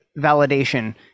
validation